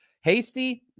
Hasty